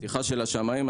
פתיחה של השמיים.